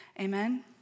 Amen